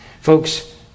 Folks